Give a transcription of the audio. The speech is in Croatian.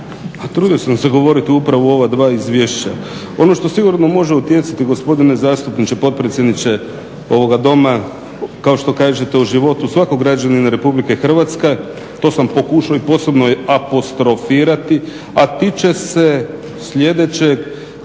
trudio sam se govoriti upravo o ova dva izvješća. Ono što sigurno može utjecati, gospodine zastupniče potpredsjedniče ovoga Doma, kao što kažete u životu svakog građanina RH to sam pokušao i posebno apostrofirati a tiče se sljedećeg